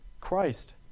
Christ